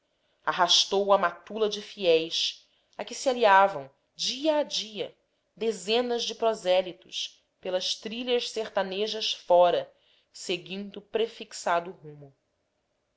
arrastou a matula de fiéis a que se aliavam dia a dia dezenas de prosélitos pelas trilhas sertanejas fora seguindo prefixado rumo